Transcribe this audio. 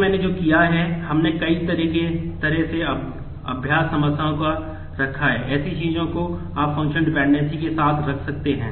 आगे मैंने जो किया है हमने कई तरह की अभ्यास समस्याओं को रखा है ऐसी चीजें जो आप फंक्शनल डिपेंडेंसी